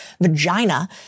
vagina